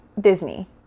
Disney